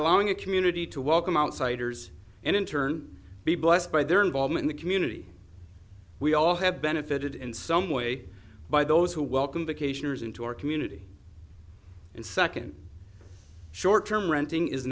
allowing a community to welcome outsiders and in turn be blessed by their involvement the community we all have benefited in some way by those who welcomed occasions into our community and second short term renting is